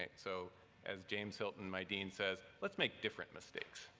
so as james hilton, my dean, says, let's make different mistakes,